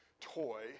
toy